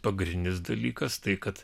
pagrindinis dalykas tai kad